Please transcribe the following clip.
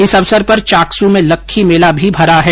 इस अवसर पर चाकसू में लक्खी मेला भी भरा है